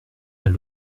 elle